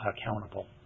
accountable